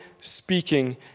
speaking